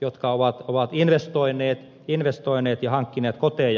jotka ovat investoineet ja hankkineet koteja